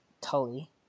Tully